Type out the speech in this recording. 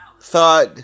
thought